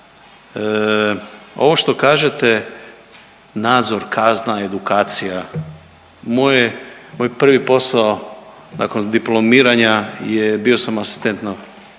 Ovo što kažete, nadzor, kazna, edukacija, moje, moj prvi posao nakon diplomiranja je bio sam asistent